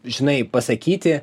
žinai pasakyti